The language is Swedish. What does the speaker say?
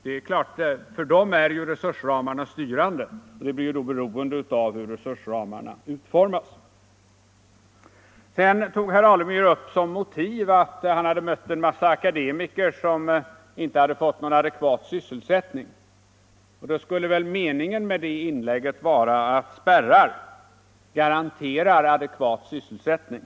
För de lokala högskolorna är givetvis resursramarna styrande, och man blir då beroende av hur resursramarna utformas. Herr Alemyr tog som motivering upp att han hade mött en mängd akademiker som inte hade fått någon adekvat sysselsättning. Meningen med det inlägget skulle väl vara att spärrar garanterar adekvat sysselsättning.